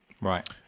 Right